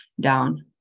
down